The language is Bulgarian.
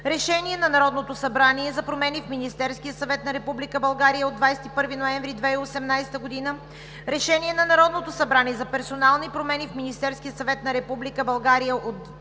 Решение на Народното събрание за персонални промени в Министерския съвет на Република България от 5 април 2019 г., Решение на Народното събрание за персонални промени в Министерския съвет на Република България от